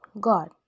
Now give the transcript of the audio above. God